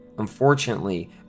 Unfortunately